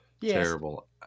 Terrible